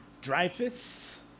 dreyfus